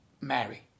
marry